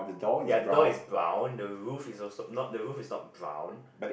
ya the door is brown the roof is also not the roof is not brown